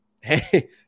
hey